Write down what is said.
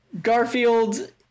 Garfield